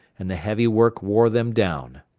and the heavy work wore them down.